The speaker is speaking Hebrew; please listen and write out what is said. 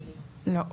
לא,